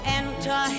enter